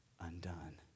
undone